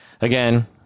Again